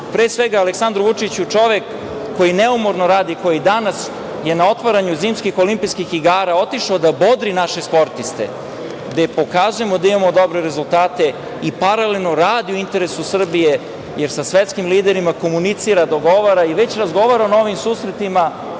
pre svega Aleksandru Vučiću, čoveka koji neumorno radi. Danas je na otvaranju Zimskih olimpijskih igara, otišao je da bodri naše sportiste, gde pokazujemo da imamo dobre rezultate i paralelno radi u interesu Srbije, jer sa svetskim liderima komunicira, dogovara i već razgovara o novim susretima,